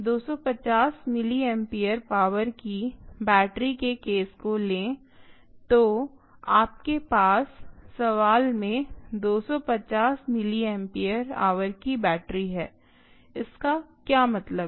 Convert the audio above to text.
250 milliampere hour milliampere hour की battery के case को लें तो आपके पास सवाल में 250 मिलिएम्पेयर ऑवर की बैटरी है इसका क्या मतलब है